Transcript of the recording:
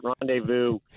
rendezvous